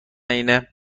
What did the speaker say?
اینه